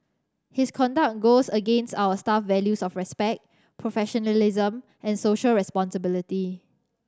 his conduct goes against our staff values of respect professionalism and social responsibility